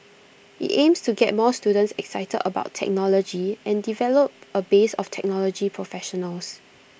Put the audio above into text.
IT aims to get more students excited about technology and develop A base of technology professionals